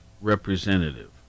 representative